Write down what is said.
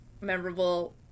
memorable